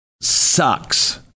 sucks